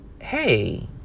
hey